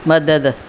मदद